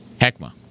Heckma